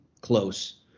close